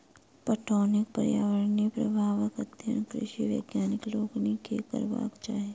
पटौनीक पर्यावरणीय प्रभावक अध्ययन कृषि वैज्ञानिक लोकनि के करबाक चाही